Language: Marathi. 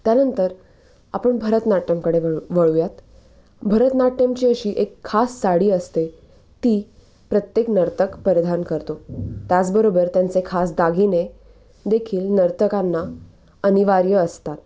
त्यानंतर आपण भरतनाट्यमकडे वळू वळूयात भरतनाट्यमची अशी एक खास साडी असते ती प्रत्येक नर्तक परिधान करतो त्याचबरोबर त्यांचे खास दागिने देखील नर्तकांना अनिवार्य असतात